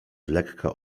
lekka